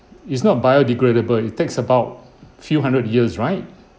it's not biodegradable it takes about few hundred years right